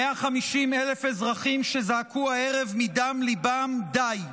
150,000 אזרחים שזעקו הערב מדם ליבם: די.